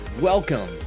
Welcome